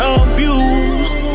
abused